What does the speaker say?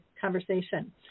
conversation